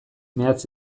mehatz